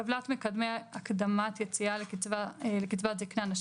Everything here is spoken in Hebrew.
טבלת "מקדמי הקדמת יציאה לקצבת זקנה,